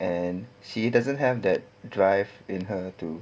and she doesn't have that drive in her to